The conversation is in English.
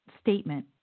statement